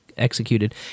executed